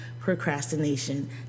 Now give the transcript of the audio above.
procrastination